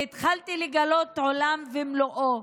והתחלתי לגלות עולם ומלואו,